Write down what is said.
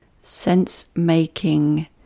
sense-making